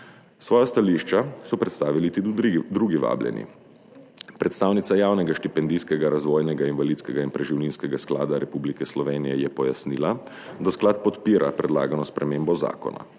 Svoja stališča so predstavili tudi drugi vabljeni. Predstavnica Javnega štipendijskega, razvojnega, invalidskega in preživninskega sklada Republike Slovenije je pojasnila, da sklad podpira predlagano spremembo zakona,